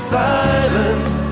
silence